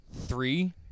Three